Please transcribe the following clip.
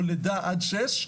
או לידה עד שש,